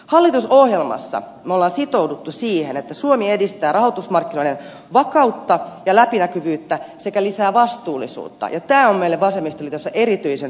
hallitusohjelmassa me olemme sitoutuneet siihen että suomi edistää rahoitusmarkkinoiden vakautta ja läpinäkyvyyttä sekä lisää vastuullisuutta ja tämä on meille vasemmistoliitossa erityisen tärkeä tavoite